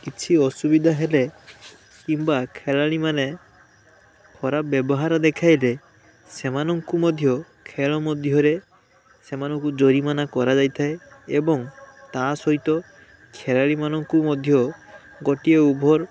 କିଛି ଅସୁବିଧା ହେଲେ କିମ୍ବା ଖେଳାଳିମାନେ ଖରାପ ବ୍ୟବହାର ଦେଖାଇଲେ ସେମାନଙ୍କୁ ମଧ୍ୟ ଖେଳ ମଧ୍ୟରେ ସେମାନଙ୍କୁ ଜୋରିମାନା କରାଯାଇଥାଏ ଏବଂ ତା ସହିତ ଖେଳାଳିମାନଙ୍କୁ ମଧ୍ୟ ଗୋଟିଏ ଉଭର